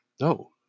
no